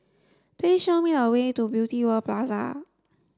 please show me the way to Beauty World Plaza